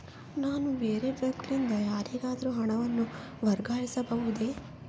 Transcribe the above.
ನಾನು ಬೇರೆ ಬ್ಯಾಂಕ್ ಲಿಂದ ಯಾರಿಗಾದರೂ ಹಣವನ್ನು ವರ್ಗಾಯಿಸಬಹುದೇ?